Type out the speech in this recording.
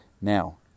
Now